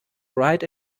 bright